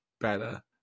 better